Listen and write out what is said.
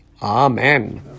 Amen